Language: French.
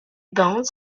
bandes